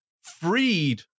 Freed